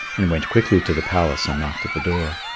and went quickly to the palace and knocked at the door.